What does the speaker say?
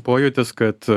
pojūtis kad